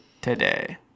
today